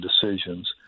decisions